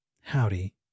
Howdy